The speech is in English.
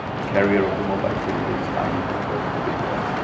the carrier of the mobile crane looks tiny compared to the big red